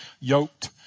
Yoked